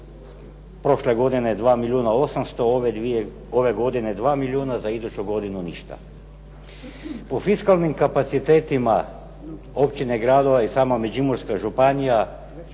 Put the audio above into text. Prošle godine 2 milijuna 800, ove godine 2 milijuna, za iduću godinu ništa. Po fiskalnim kapacitetima općine, gradova i sama Međimurska županija